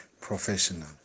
professional